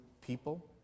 people